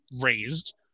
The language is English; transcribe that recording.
raised